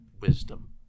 wisdom